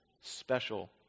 special